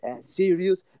serious